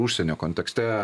užsienio kontekste